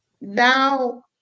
now